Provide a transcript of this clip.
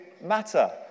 matter